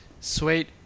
sweet